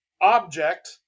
object